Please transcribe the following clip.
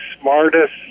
smartest